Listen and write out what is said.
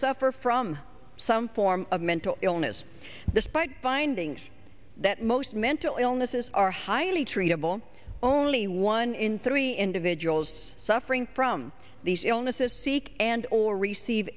suffer from some form of mental illness despite finding that most mental illnesses are highly treatable only one in three individuals suffering from these illnesses seek and or receive